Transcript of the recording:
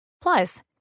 Plus